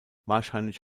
wahrscheinlich